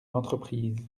d’entreprises